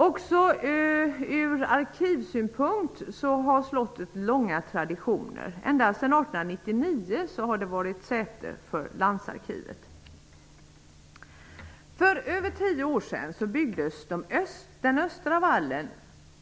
Från arkivsynpunkt har slottet långa traditioner. Ända sedan 1899 har det varit säte för landsarkivet. För över tio år sedan byggdes den östra vallen